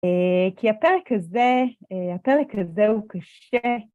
כי הפרק הזה, הפרק הזה הוא קשה...